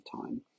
time